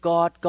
God